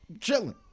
chilling